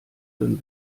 dann